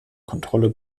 kontrolle